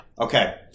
Okay